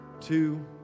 two